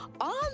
on